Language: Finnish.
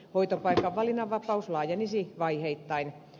hoitopaikan valinnan vapaus laajenisi vaiheittain